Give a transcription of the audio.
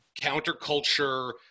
counterculture